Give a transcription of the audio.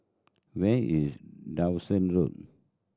where is Dawson Road